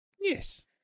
Yes